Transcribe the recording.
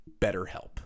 BetterHelp